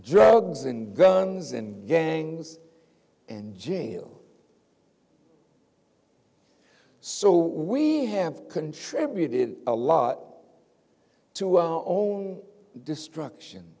drugs and guns and gangs in jail so we have contributed a lot to our own destruction